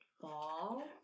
ball